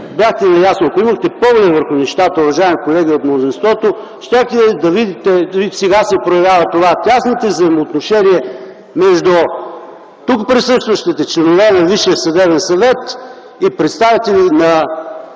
бяхте наясно, ако имахте поглед върху нещата, уважаеми колеги от мнозинството, щяхте да видите, дори сега се проявява това, тесните взаимоотношения между тук присъстващите членове на Висшия съдебен съвет и представители на